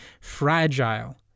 fragile